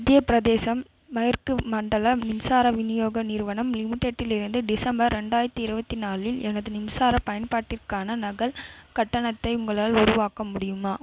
மத்திய பிரதேசம் மேற்கு மண்டல மின்சார விநியோக நிறுவனம் லிமிடெட்டிலிருந்து டிசம்பர் ரெண்டாயிரத்தி இருபத்தி நாலில் எனது மின்சார பயன்பாட்டிற்கான நகல் கட்டணத்தை உங்களால் உருவாக்க முடியுமா